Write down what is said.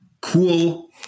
cool